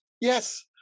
yes